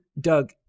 Doug